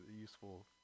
useful